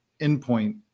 endpoint